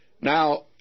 Now